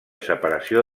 separació